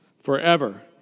forever